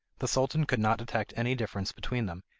the sultan could not detect any difference between them,